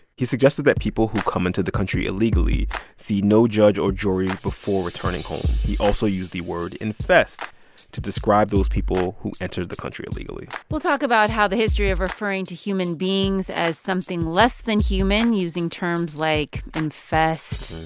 he suggested that people who come into the country illegally see no judge or jury before returning home. he also used the word infest to describe those people who entered the country illegally we'll talk about how the history of referring to human beings as something less than human using terms like infest,